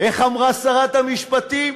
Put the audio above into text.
איך אמרה שרת המשפטים?